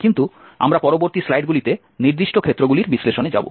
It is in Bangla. কিন্তু আমরা পরবর্তী স্লাইডগুলিতে নির্দিষ্ট ক্ষেত্রগুলির বিশ্লেষণে যাব